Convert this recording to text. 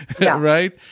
right